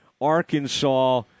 Arkansas